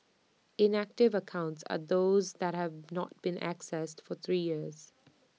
inactive accounts are those that have not been accessed for three years